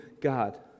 God